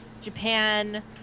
Japan